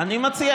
הכול בסדר.